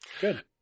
Good